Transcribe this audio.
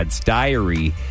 Diary